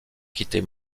quitter